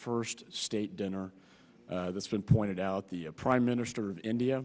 first state dinner that's been pointed out the prime minister of india